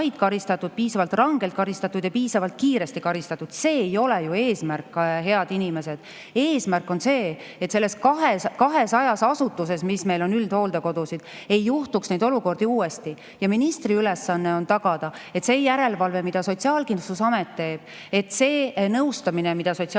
piisavalt rangelt karistatud ja piisavalt kiiresti karistatud. See ei ole ju eesmärk, head inimesed. Eesmärk on see, et neis 200 asutuses – nii palju meil on üldhooldekodusid – ei juhtuks neid olukordi uuesti. Ministri ülesanne on tagada, et see järelevalve, mida Sotsiaalkindlustusamet teeb, see nõustamine, mida Sotsiaalkindlustusamet